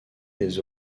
des